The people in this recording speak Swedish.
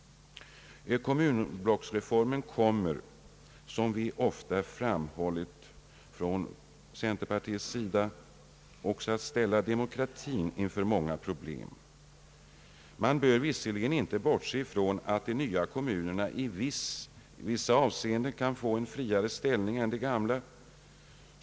Kommunblocksreformen kommer, som vi ofta framhållit från centerpartiets sida, också att ställa demokratin inför många problem. Man bör visserligen inte bortse ifrån att de nya kommunerna i vissa avseenden kan få en friare ställning än de gamla.